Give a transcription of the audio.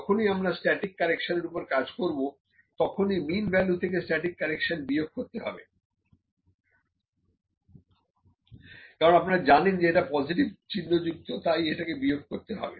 যখনই আমরা static correction এর উপরে কাজ করব তখনই মিন ভ্যালু থেকে স্ট্যাটিক কারেকশন বিয়োগ করতে হবে কারণ আপনারা জানেন যে এটা পজিটিভ চিহ্ন যুক্ত তাই এটাকে বিয়োগ করতে হবে